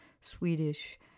Swedish